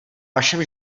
vašem